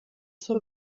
zur